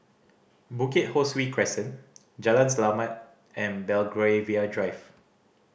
Hukit Ho Swee Crescent Jalan Selamat and Belgravia Drive